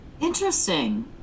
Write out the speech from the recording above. interesting